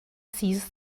sees